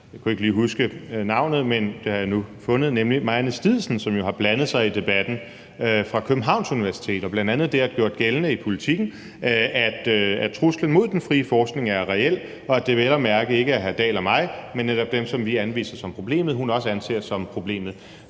Jeg kunne ikke lige huske navnet, men det har jeg nu fundet, nemlig Marianne Stidsen fra Københavns Universitet, som jo har blandet sig i debatten og bl.a. har gjort gældende i Politiken, at truslen mod den frie forskning er reel, og at det vel at mærke ikke er hr. Henrik Dahl og mig, men netop dem, som vi anviser som problemet, som hun også anser som problemet.